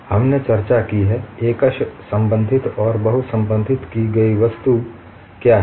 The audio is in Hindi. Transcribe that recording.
हमने चर्चा की है एकश सम्बंधित और बहुसम्बंधित की गई वस्तु क्या हैं